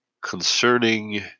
concerning